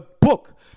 book